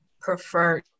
prefer